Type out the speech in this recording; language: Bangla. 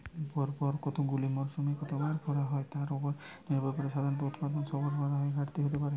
পরপর কতগুলি মরসুমে কতবার খরা হয় তার উপর নির্ভর করে সাধারণত উৎপাদন সরবরাহের ঘাটতি হতে পারে